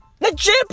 Legit